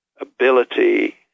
ability